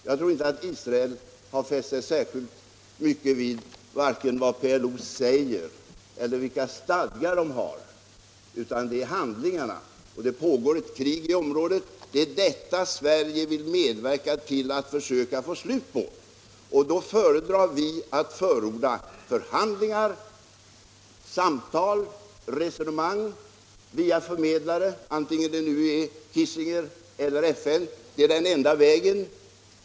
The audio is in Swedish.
Jag tror inte att Israel har fäst sig särskilt mycket vid vad PLO säger eller vilka stadgar PLO har, utan det är handlingarna som räknas. Och det pågår ett krig i området. Det är det kriget Sverige vill medverka till att försöka få ett slut på. Och då föredrar vi att förorda förhandlingar, samtal och resonemang via förmedlare, antingen det nu är Kissinger eller FN. Det är den enda vägen.